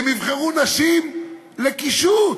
הם יבחרו נשים לקישוט,